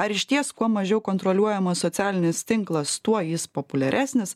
ar išties kuo mažiau kontroliuojamas socialinis tinklas tuo jis populiaresnis